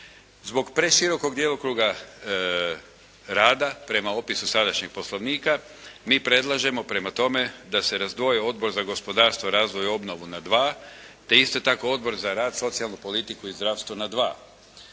Zbog preširokog djelokruga rada, prema opisu sadašnjeg Poslovnika mi predlažemo prema tome, da se razdvoji Odbor za gospodarstvo, razvoj i obnovu na dva, te isto tako Odbor za rad, socijalnu politiku i zdravstvo na dva.